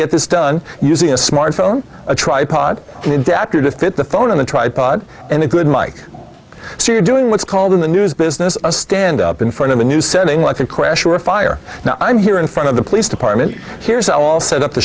get this done using a smartphone a tripod to fit the phone on a tripod and a good like syria doing what's called in the news business a stand up in front of a new setting like a crash or a fire now i'm here in front of the police department here's all set up the